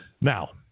Now